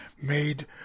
made